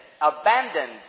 Abandoned